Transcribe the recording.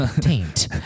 Taint